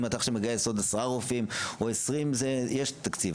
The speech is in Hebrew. אם אתה עכשיו מגייס עוד עשרה רופאים או עשרים אז יש תקציב,